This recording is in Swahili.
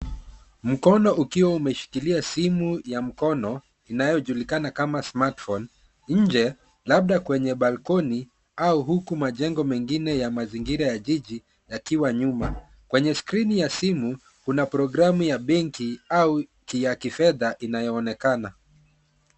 Mkono ukiwa umeshikilia simu ya mkono, inayojulikana kama smartphone nje labda kwenye balkoni au huku majengo mengine ya mazingira ya jiji yakiwa nyuma. Kwenye skrini ya simu kuna programu ya benki au ya kifedha inayoonekana.